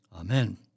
Amen